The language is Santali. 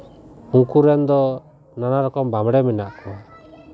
ᱩᱱᱠᱩ ᱨᱮᱱ ᱫᱚ ᱢᱚᱬᱮ ᱨᱚᱠᱚᱢ ᱵᱟᱢᱲᱮ ᱢᱮᱱᱟᱜ ᱠᱚᱣᱟ